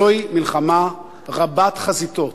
זוהי מלחמה רבת חזיתות.